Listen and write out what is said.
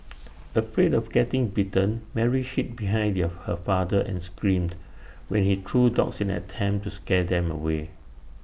afraid of getting bitten Mary hid behind the A her her father and screamed when he threw rocks in attempt to scare them away